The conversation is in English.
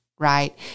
right